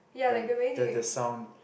like the the sound